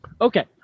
Okay